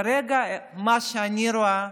כרגע ממה שאני רואה,